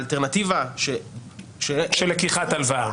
שהאלטרנטיבה --- של לקיחת הלוואה.